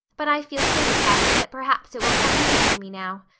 but i feel so depressed that perhaps it will come easy to me now.